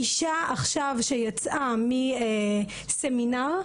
אישה שיצאה עכשיו מסמינר,